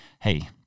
hey